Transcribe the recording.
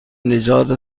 نجات